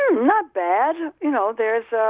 um not bad, you know there's ah